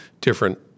different